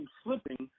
slipping